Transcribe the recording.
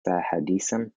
hasidim